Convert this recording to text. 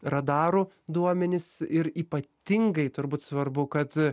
radarų duomenis ir ypatingai turbūt svarbu kad